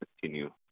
continue